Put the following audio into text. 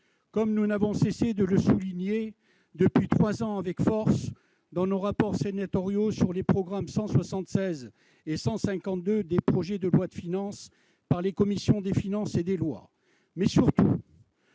Nous n'avons cessé de le souligner avec force ces trois dernières années dans nos rapports sénatoriaux sur les programmes 176 et 152 des projets de loi de finances, issus des commissions des finances et des lois,